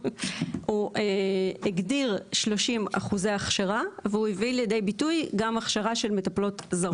הוא הגדיר 30% הכשרה והוא הביא לידי ביטוי גם הכשרה של מטפלות זרות.